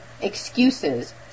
excuses